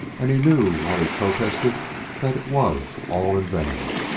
and he knew while he protested that it was all in vain.